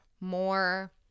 more